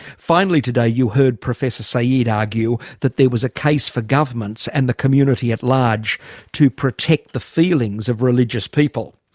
finally today, you heard professor sayyid argue that there was a case for governments and the community at large to protect the feelings of religious people.